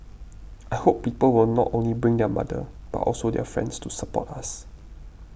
I hope people will not only bring their mother but also their friends to support us